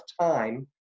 time